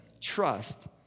trust